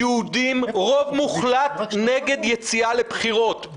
יהודים רוב מוחלט נגד יציאה לבחירות,